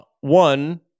One